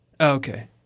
okay